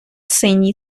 синій